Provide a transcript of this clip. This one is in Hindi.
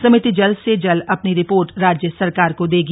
समिति जल्द से जल्द अपनी रिपोर्ट राज्य सरकार को देगी